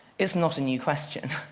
it's not a new question.